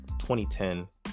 2010